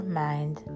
mind